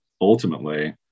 ultimately